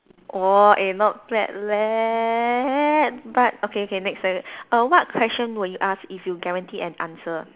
!whoa! eh not bad leh but okay okay next question err what question would you ask if you guaranteed an answer